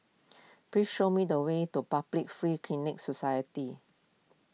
please show me the way to Public Free Clinic Society